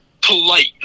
polite